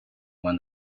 when